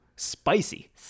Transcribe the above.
spicy